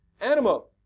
animal